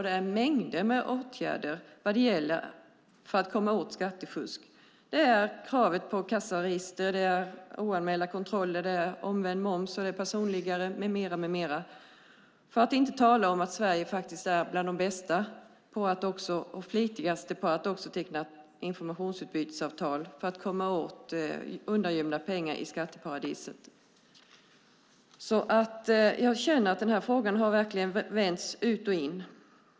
Det är mängder med åtgärder för att komma åt skattefusk. Det är kravet på kassaregister, det är oanmälda kontroller, det är omvänd moms, det är personalliggare med mera, för att inte tala om att Sverige faktiskt är bland de bästa och flitigaste när det gäller att teckna informationsutbytesavtal för att komma åt undangömda pengar i skatteparadis. Denna fråga verkligen har vänts ut och in.